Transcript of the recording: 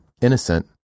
innocent